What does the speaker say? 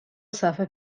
صفحه